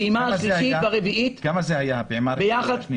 כמה זה היה ביחד?